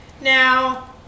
now